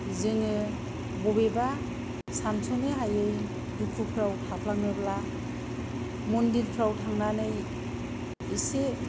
जोङो बबेबा सानस'नो हायै दुखुफ्राव थाफ्लाङोबा मनदिरफ्राव थांनानै एसे